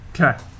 okay